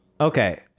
Okay